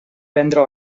vendre